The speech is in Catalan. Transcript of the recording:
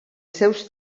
seus